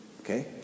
Okay